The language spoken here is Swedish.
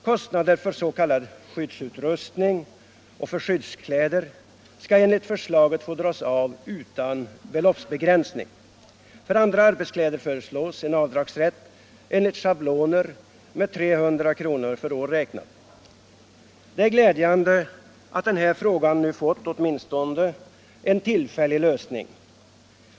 Kostnader för s.k. skyddsutrustning och för skyddskläder skall enligt förslaget få dras av utan beloppsbegränsning. För andra arbetskläder föreslås en avdragsrätt enligt schabloner med 300 kr. för år räknat. Det är glädjande att den här frågan fått åtminstone en tillfällig lösning.